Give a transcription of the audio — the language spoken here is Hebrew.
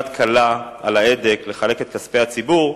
יד קלה על ההדק לחלק את כספי הציבור,